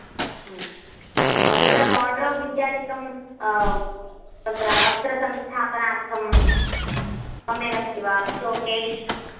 तत्र वोर्ड्रोप् इत्यादिकं तत्र वस्त्रसंस्थापनार्थं सम्यक् अस्ति वा शोकेस्